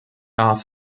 off